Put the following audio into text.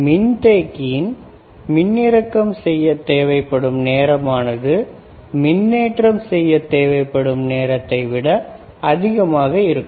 மின்தேக்கியின் மின்னிறக்க செய்ய தேவைப்படும் நேரம் ஆனது மின்னேற்றம் செய்ய தேவைப்படும் காலத்தை விட அதிகமாக இருக்கும்